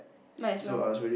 might as well